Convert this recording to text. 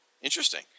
Interesting